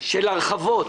של הרחבות,